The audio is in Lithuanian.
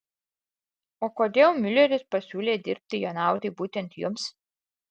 o kodėl miuleris pasiūlė dirbti jo naudai būtent jums